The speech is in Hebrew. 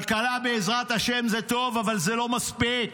כלכלה בעזרת השם זה טוב, אבל זה לא מספיק.